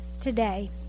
today